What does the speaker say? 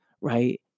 Right